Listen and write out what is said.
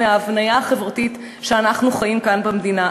ההבניה החברתית שאנחנו חיים כאן במדינה.